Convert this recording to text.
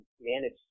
manage